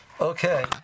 okay